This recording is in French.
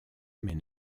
mais